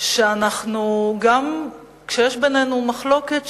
שגם כשיש בינינו מחלוקת,